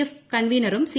F കൺവീനറും C